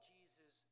Jesus